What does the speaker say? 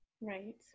Right